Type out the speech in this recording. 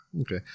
Okay